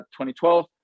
2012